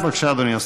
בבקשה, אדוני השר.